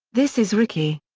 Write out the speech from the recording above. this is rickey.